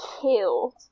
killed